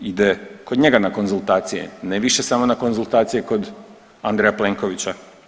Ide kod njega na konzultacije, ne više samo na konzultacije kod Andreja Plenkovića.